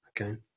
Okay